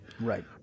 Right